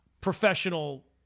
professional